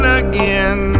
again